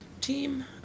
team